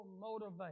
motivate